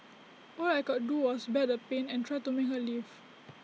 all I could do was bear the pain and try to make her leave